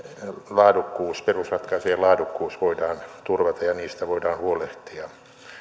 laadukkuus perusratkaisujen laadukkuus voidaan turvata ja niistä voidaan huolehtia